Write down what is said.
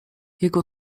jego